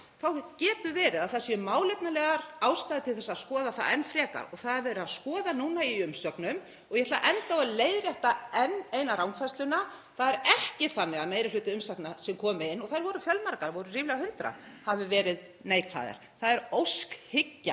þá getur verið að það séu málefnalegar ástæður til að skoða það enn frekar og það er verið að skoða það núna í umsögnum. Ég ætla að enda á að leiðrétta enn eina rangfærsluna. Það er ekki þannig að meiri hluti umsagna sem kom inn, og þær voru fjölmargar, ríflega 100, hafi verið neikvæður. Það er óskhyggja